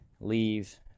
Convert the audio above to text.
leave